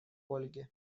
ольге